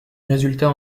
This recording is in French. résultats